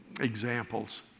examples